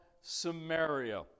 Samaria